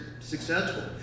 successful